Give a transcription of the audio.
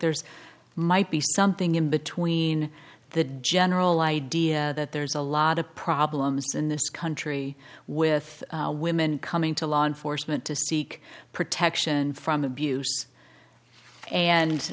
there's might be something in between the general idea that there's a lot of problems in this country with women coming to law enforcement to seek protection from abuse and